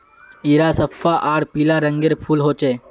इरा सफ्फा आर पीला रंगेर फूल होचे